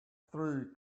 through